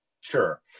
sure